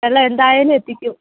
ഇല്ല എന്തായാലും എത്തിക്കും